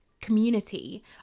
community